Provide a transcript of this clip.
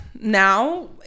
now